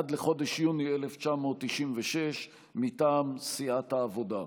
עד לחודש יוני 1996, מטעם סיעת העבודה.